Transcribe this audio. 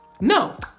No